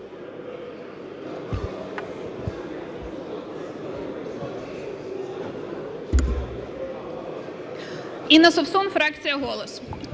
Інна Совсун, фракція "Голос".